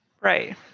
Right